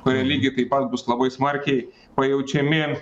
kurie lygiai taip pat bus labai smarkiai pajaučiami